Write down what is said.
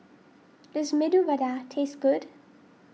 does Medu Vada taste good